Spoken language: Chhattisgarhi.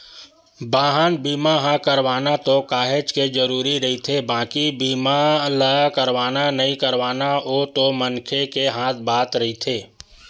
बाहन बीमा ह करवाना तो काहेच के जरुरी रहिथे बाकी बीमा ल करवाना नइ करवाना ओ तो मनखे के हात म रहिथे